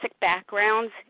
backgrounds